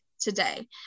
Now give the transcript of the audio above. today